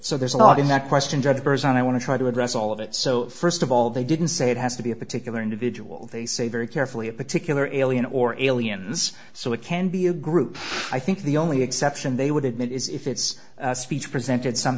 so there's a lot in that question to others and i want to try to address all of it so first of all they didn't say it has to be a particular individual they say very carefully a particular alien or aliens so it can be a group i think the only exception they would admit is if it's speech presented some